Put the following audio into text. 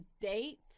date